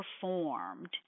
performed